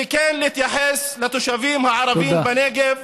וכן להתייחס לתושבים הערבים בנגב,